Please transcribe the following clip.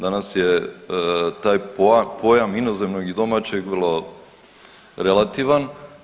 Danas je taj pojam inozemnom i domaćeg vrlo relativan.